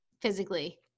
physically